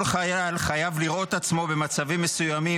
כל חייל חייב לראות עצמו במצבים מסוימים